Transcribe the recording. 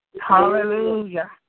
Hallelujah